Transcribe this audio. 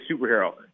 superhero